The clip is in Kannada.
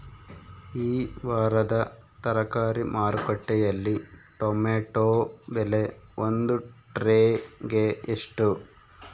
ಈ ವಾರದ ತರಕಾರಿ ಮಾರುಕಟ್ಟೆಯಲ್ಲಿ ಟೊಮೆಟೊ ಬೆಲೆ ಒಂದು ಟ್ರೈ ಗೆ ಎಷ್ಟು?